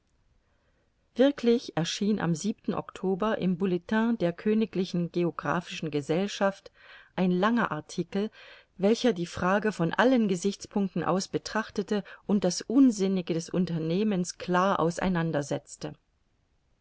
wirklich erschien am oktober im bulletin der königlichen geographischen gesellschaft ein langer artikel welcher die frage von allen gesichtspunkten aus betrachtete und das unsinnige des unternehmens klar auseinander